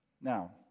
Now